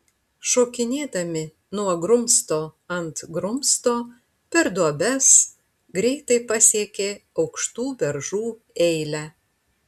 šokinėdami nuo grumsto ant grumsto per duobes greitai pasiekė aukštų beržų eilę